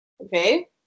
Okay